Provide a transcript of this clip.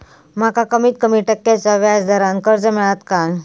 माका कमीत कमी टक्क्याच्या व्याज दरान कर्ज मेलात काय?